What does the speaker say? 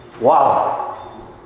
Wow